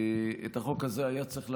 את החוק הזה היה צריך לאשר,